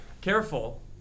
careful